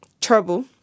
trouble